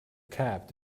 cab